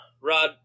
Rod